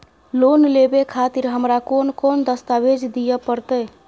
Loan लेवे खातिर हमरा कोन कौन दस्तावेज दिय परतै?